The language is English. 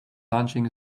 launching